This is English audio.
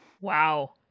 Wow